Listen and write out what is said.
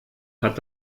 hat